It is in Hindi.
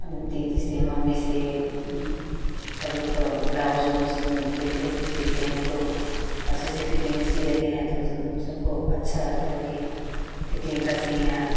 हम दीदी से मम्मी से सब लोग ब्लाउज ओलाउज देते हैं तो सिलते हैं तो अच्छे से फिटिंग का सिल लेते हैं तो उन सबको अच्छा लगता है कि हाँ फिटिंग का सिल हैं